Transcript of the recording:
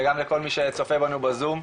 וגם לכל מי שצופה בנו בזום.